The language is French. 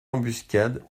embuscade